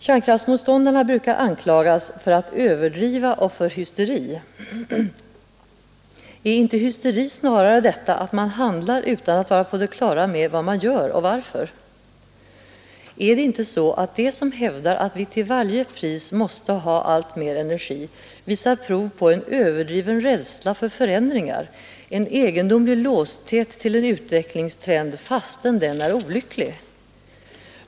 Kärnkraftmotståndarna brukar anklagas för att överdriva och för hysteri. Är inte hysteri snarare att man handlar utan att vara på det klara med vad man gör och varför? Är det inte så att de som hävdar att vi till varje pris måste ha alltmer energi visar prov på en överdriven rädsla för förändringar, en egendomlig låsthet. till en utvecklingstrend, fastän den är olycklig?